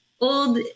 old